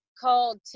called